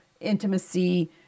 intimacy